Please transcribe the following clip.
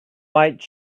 white